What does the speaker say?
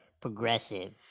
progressive